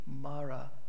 Mara